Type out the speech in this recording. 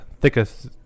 thickest